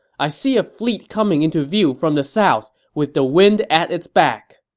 i see a fleet coming into view from the south, with the wind at its back.